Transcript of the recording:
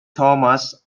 thomas